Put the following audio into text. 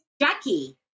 Jackie